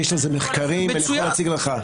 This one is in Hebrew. יש על זה מחקרים ואני יכול להציג לך.